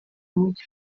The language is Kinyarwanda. umugi